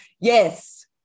yes